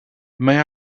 may